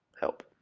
help